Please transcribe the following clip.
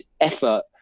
effort